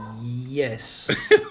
Yes